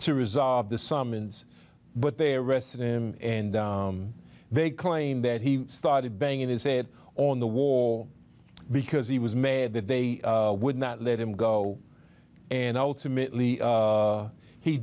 to resolve the summons but they arrested him and they claim that he started banging his head on the war because he was made that they would not let him go and u